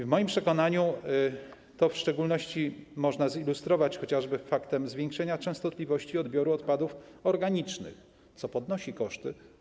W moim przekonaniu to w szczególności można zilustrować chociażby faktem zwiększenia częstotliwości odbioru odpadów organicznych, co podnosi koszty.